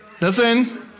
Listen